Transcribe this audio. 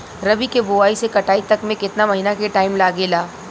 रबी के बोआइ से कटाई तक मे केतना महिना के टाइम लागेला?